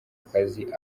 akazi